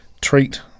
treat